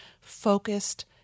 focused